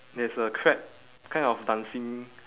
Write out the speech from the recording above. there's a crab kind of dancing